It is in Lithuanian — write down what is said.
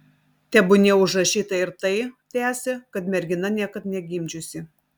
tebūnie užrašyta ir tai tęsė kad mergina niekad negimdžiusi